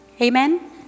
Amen